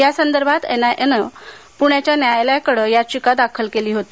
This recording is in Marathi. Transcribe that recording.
यासंदर्भात एनआयनं प्ण्याच्या न्यायालयाकडे ही याचिका दाखल केली होती